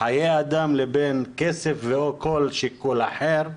חיי אדם לבין כסף ו/או כל שיקול אחר.